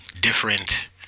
different